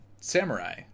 samurai